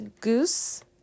goose